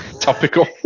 Topical